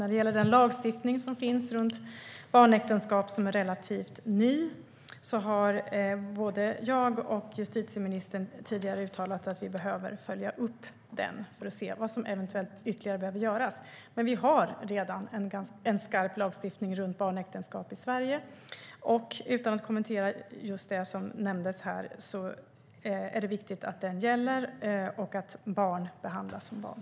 När det gäller lagstiftningen som finns om barnäktenskap, som är relativt ny, har både jag och justitieministern tidigare uttalat att vi behöver följa upp den för att se vad som eventuellt ytterligare behöver göras. Men vi har redan en skarp lagstiftning om barnäktenskap i Sverige. Utan att kommentera det fall som nämndes här är det viktigt att den gäller och att barn behandlas som barn.